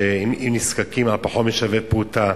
שאם נזקקים על פחות משווה פרוטה,